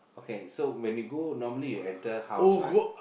okay so when you go normally you enter house right